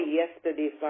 yesterday